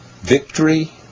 victory